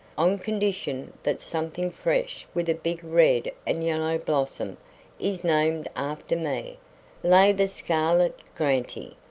on condition that something fresh with a big red and yellow blossom is named after me lay the scarlet grantii,